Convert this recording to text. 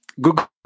Google